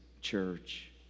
church